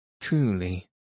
Truly